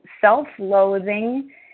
self-loathing